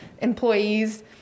employees